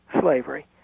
slavery